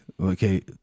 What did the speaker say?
okay